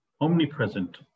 Omnipresent